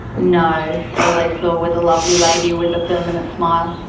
no, all they saw was a lovely lady with a permanent smile.